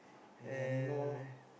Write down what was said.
and